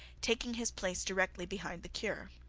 taking his place directly behind the cure.